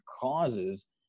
causes